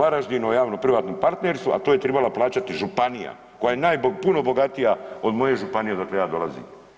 Varaždinu o javno privatnom partnerstvu a to je tribala plaćati županija koja je puno bogatija od moje županije odakle ja dolazim.